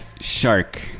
shark